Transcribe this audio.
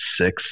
six